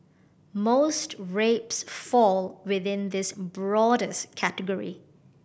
most rapes fall within this broadest category